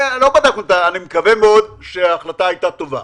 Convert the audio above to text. אני מקווה מאוד שההחלטה הייתה טובה,